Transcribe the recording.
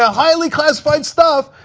ah highly classified stuff,